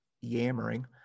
yammering